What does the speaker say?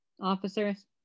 Officers